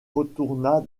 retourna